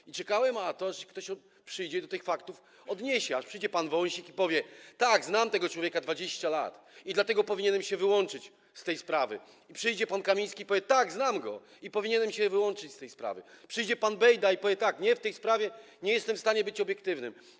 I czekałem na to, że ktoś przyjdzie i się do tych faktów odniesie, że przyjdzie pan Wąsik i powie: tak, znam tego człowieka 20 lat i dlatego powinienem się wyłączyć z tej sprawy, przyjdzie pan Kamiński i powie: tak, znam go i powinienem się wyłączyć z tej sprawy, i przyjdzie pan Bejda i powie tak: nie, w tej sprawie nie jestem w stanie być obiektywny.